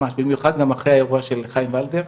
ממש, במיוחד גם אחרי האירוע של חיים ולדר,